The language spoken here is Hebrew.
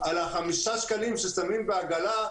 על החמישה שקלים ששמים בעגלה,